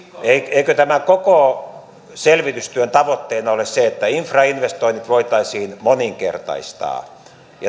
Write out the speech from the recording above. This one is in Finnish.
eikö tämän koko selvitystyön tavoitteena ole se että infrainvestoinnit voitaisiin moninkertaistaa